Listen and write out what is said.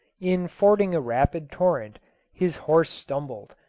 in fording a rapid torrent his horse stumbled,